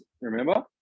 remember